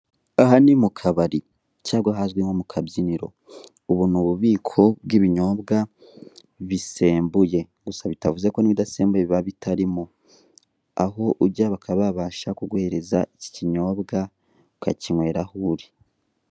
Aha ni mukabari cyangwa ahazwi nkomukabyiniro, ubu ni ububiko bw'ibinyobwa bisembuye gusa bitavuzeko n'ibidasembuye biba bitarimo, aho ujya bakaba babasha kuguhereza iki kinyobwa ukakinywera aho uri.